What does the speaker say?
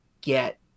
get